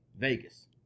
Vegas